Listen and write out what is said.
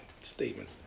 statement